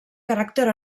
caràcter